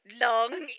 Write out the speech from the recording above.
long